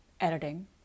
editing